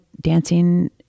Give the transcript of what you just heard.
dancing